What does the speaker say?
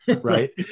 right